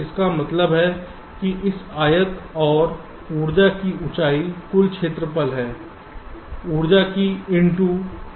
इसका मतलब है कि इस आयत और ऊर्जा की ऊँचाई कुल क्षेत्रफल है ऊँचाई की चौड़ाई द्वारा और चौड़ाई कैपिटल T है